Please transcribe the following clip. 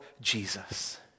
Jesus